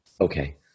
Okay